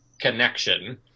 connection